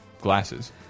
glasses